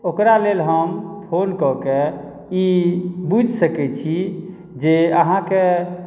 ओकरा लेल हम फ़ोन कऽकेँ ई बुझि सकै छी जे आहाँकेँ